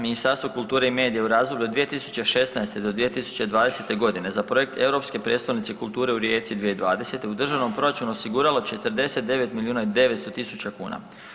Ministarstvo kulture i medija u razdoblju od 2016.-2020. g. za projekt Europske prijestolnice kulture u Rijeci 2020. u državnom proračunu osiguralo 49 milijuna i 900 tisuća kuna.